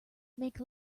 make